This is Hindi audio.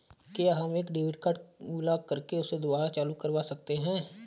क्या हम एक डेबिट कार्ड ब्लॉक करके उसे दुबारा चालू करवा सकते हैं?